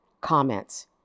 comments